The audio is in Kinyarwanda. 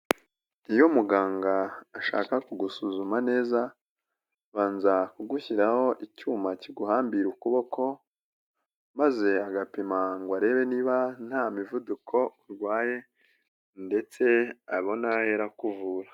Iyo muganga ashaka kugusuzuma neza, abanza kugushyiraho icyuma kiguhambira ukuboko maze agapima ngo arebe niba nta mivuduko urwaye ndetse abone aho ahera akuvura.